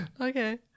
Okay